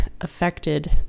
affected